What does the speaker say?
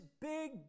big